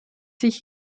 sich